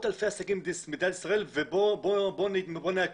אלפי עסקים במדינת ישראל ובוא נעכב.